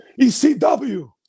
ECW